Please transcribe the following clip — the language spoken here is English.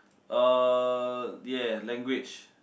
uh yeah language